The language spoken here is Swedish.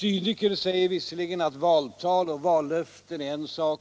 Cyniker säger visserligen att valtal och vallöften är en sak,